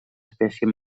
espècie